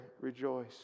rejoice